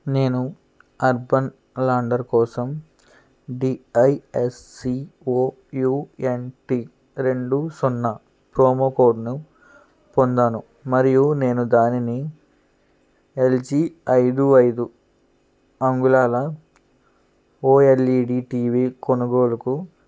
నేను urban ladder కోసం డిఐఎస్సీఒయూఎన్టీ రెండు సున్నా ప్రోమో కోడ్ను పొందాను మరియు నేను దానిని ఎల్జీ ఐదు ఐదు అంగుళాల ఓఎల్ఈడీ టీవీ కొనుగోలుకు